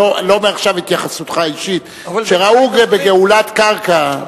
לא עכשיו התייחסותך האישית כשראו בגאולת קרקע,